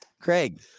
craig